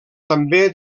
també